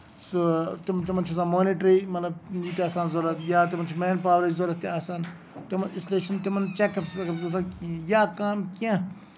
سُہ تِمن چھُ آسان مونٔٹری مطلب یِم تہِ آسان ضروٗرتھ یا تِمن چھِ مین پاورٕچ ضوٚرتھ تہِ آسان اس لیے چھُ نہٕ تِمن چٮ۪ک اَپ ویک اَپ گژھان کِہیٖنۍ یا کَم کیٚنٛہہ